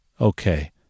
Okay